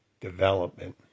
Development